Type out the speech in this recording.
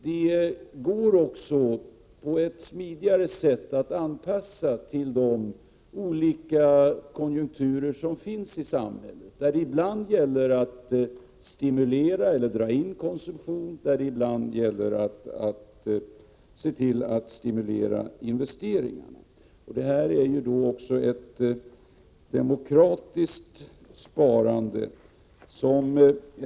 Det går också på ett smidigare sätt att anpassa till de olika konjunkturer som finns i samhället, där det i bland gäller att stimulera eller dra in konsumtion, ibland att stimulera investeringar. Detta är också ett demokratiskt sparande.